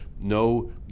no